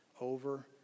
over